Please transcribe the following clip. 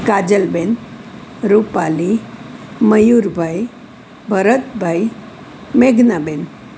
કાજલબહેન રૂપાલી મયુરભાઈ ભરતભાઈ મેઘનાબહેન